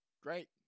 Great